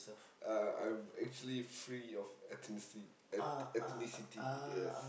uh I'm actually free of ethnici~ et~ ethnicity yes